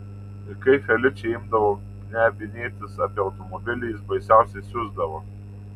ir kai feličė imdavo knebinėtis apie automobilį jis baisiausiai siusdavo